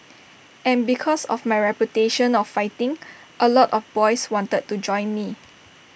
and because of my reputation of fighting A lot of boys wanted to join me